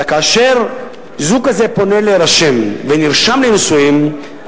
אלא כאשר זוג כזה פונה להירשם ונרשם לנישואים,